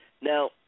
Now